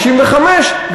65,